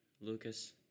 Lucas